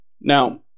now